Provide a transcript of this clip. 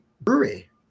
brewery